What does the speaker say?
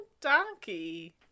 donkey